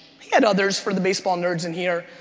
had others for the baseball nerds in here,